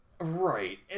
Right